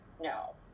no